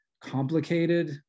complicated